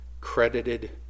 credited